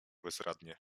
bezradnie